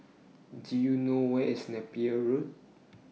Do YOU know Where IS Napier Road